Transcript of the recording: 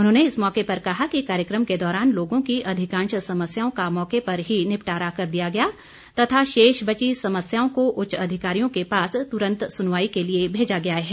उन्होंने इस मौके पर कहा कि कार्यक्रम के दौरान लोगों की अधिकांश समस्याओं का मौके पर ही निपटारा कर दिया गया तथा शेष बची समस्याओं को उच्च अधिकारियों के पास तुरंत सुनवाई के लिए भेजा गया है